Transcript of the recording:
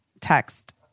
text